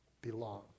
belong